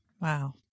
Wow